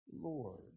Lord